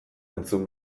entzun